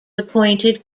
appointed